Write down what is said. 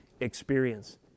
experience